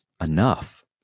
enough